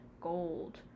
gold